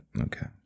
Okay